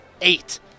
eight